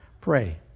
Pray